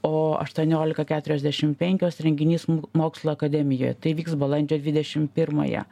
o aštuoniolika keturiasdešim penkios renginys mokslų akademijoje tai vyks balandžio dvidešim pirmąją